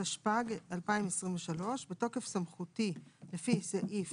התשפ"ג-2023 בתוקף סמכותי לפי סעיף